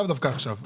לאו דווקא עכשיו,